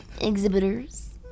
exhibitors